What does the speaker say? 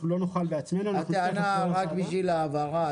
אנחנו לא נוכל בעצמנו -- רק בשביל ההבהרה,